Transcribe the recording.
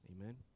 Amen